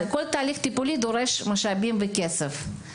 כל תהליך טיפולי דורש משאבים וכסף.